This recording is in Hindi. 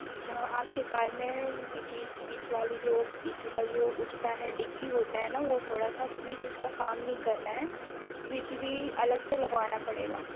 अच्छा आपकी कार में क्योंकि पीछे वाली जो पीछे का जो उठता है डिग्गी होता है ना वो थोड़ा सा स्विच उसका काम नहीं कर रहा है तो स्विच भी अलग से लगवाना पड़ेगा